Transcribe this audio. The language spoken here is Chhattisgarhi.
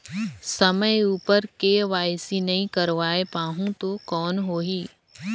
समय उपर के.वाई.सी नइ करवाय पाहुं तो कौन होही?